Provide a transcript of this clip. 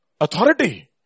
Authority